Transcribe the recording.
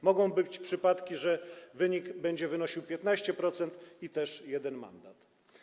Mogą być przypadki, że wynik będzie wynosił 15% i też da jeden mandat.